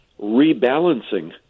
rebalancing